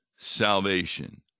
salvation